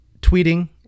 tweeting